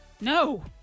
No